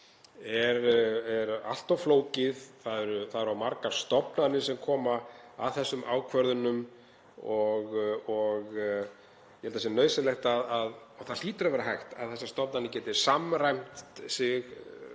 sé allt of flókið. Það eru of margar stofnanir sem koma að þessum ákvörðunum og ég held að sé nauðsynlegt, og það hlýtur að vera hægt, að þessar stofnanir geti samræmt sig